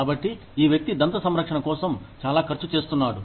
కాబట్టి ఈ వ్యక్తి దంత సంరక్షణ కోసం చాలా ఖర్చు చేస్తున్నాడు